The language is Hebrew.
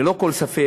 ללא כל ספק,